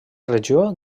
regió